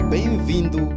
Bem-vindo